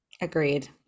Agreed